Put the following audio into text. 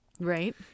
Right